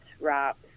wraps